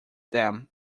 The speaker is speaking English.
them